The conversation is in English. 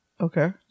Okay